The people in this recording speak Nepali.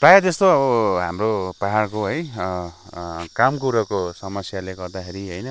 प्राय जसो हाम्रो पहाडको है काम कुरोको समस्याले गर्दाखेरि होइन